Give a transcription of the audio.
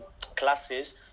classes